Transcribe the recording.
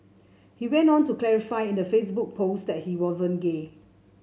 he went on to clarify in the Facebook post that he wasn't gay